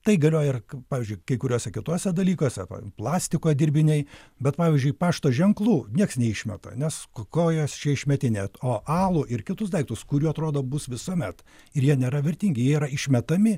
tai galioja ir pavyzdžiui kai kuriuose kituose dalykuose plastiko dirbiniai bet pavyzdžiui pašto ženklų nieks neišmeta nes ko juos čia išmetinėt o alų ir kitus daiktus kurių atrodo bus visuomet ir jie nėra vertingi jie yra išmetami